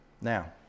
Now